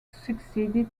succeeded